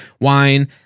wine